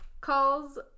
calls